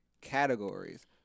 categories